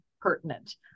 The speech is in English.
pertinent